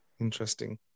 Interesting